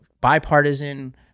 bipartisan